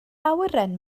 awyren